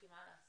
כי מה לעשות,